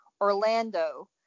orlando